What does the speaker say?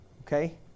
okay